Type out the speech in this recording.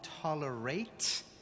tolerate